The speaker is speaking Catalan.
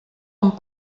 amb